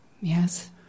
Yes